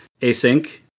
async